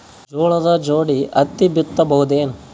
ಜೋಳದ ಜೋಡಿ ಹತ್ತಿ ಬಿತ್ತ ಬಹುದೇನು?